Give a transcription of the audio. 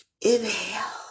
inhale